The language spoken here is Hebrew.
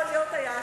זה לגבי הכסף.